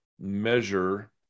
measure